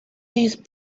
these